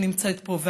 שנמצאת פה,